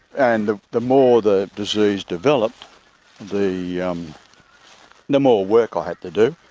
and the the more the disease developed the yeah um the more work i had to do.